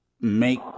make